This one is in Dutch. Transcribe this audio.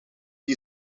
die